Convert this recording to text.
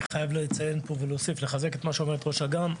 אני חייב להוסיף פה ולחזק את מה שאומרת ראשת אג"מ.